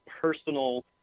personal